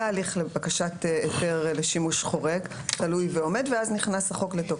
היה הליך לבקשת היתר לשימוש חורג תלוי ועומד ואז נכנס בחוק לתוקף.